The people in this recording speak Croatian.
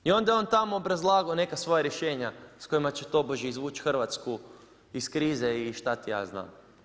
I onda je on tamo obrazlagao neka svoja rješenja s kojima će tobože izvući Hrvatsku iz krize i šta ti ja znam.